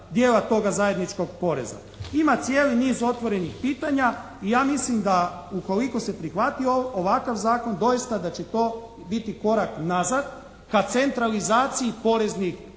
Ima cijeli niz otvorenih pitanja. Ja mislim da ukoliko se prihvati ovakav zakon doista da će to biti korak nazad ka centralizaciji poreznih prihoda